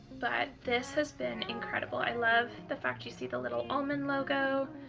but this has been incredible. i love the fact you see the little almond logo,